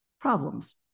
problems